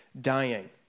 dying